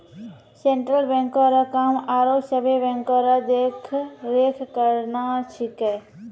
central बैंको रो काम आरो सभे बैंको रो देख रेख करना छिकै